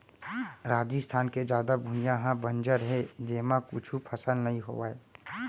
राजिस्थान के जादा भुइयां ह बंजर हे जेमा कुछु फसल नइ होवय